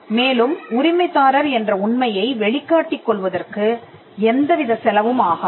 மேலும் உரிமைதாரர் என்ற உண்மையை வெளிக் காட்டிக் கொள்வதற்கு எந்த வித செலவும் ஆகாது